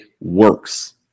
works